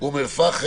אום אל פחם,